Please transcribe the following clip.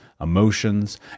emotions